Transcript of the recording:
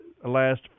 last